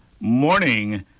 morning